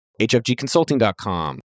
HFGconsulting.com